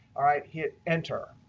all right, hit enter.